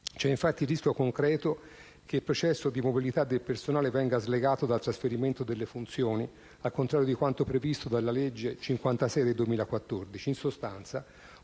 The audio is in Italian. C'è infatti il rischio concreto che il processo di mobilità del personale venga slegato dal trasferimento delle funzioni, al contrario di quanto previsto dalla legge n. 56 del 2014.